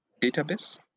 database